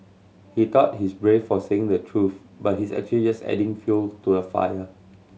he thought he's brave for saying the truth but he's actually adding fuel to the fire